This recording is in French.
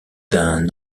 d’un